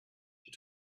die